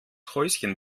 häuschen